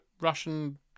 Russian